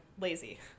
lazy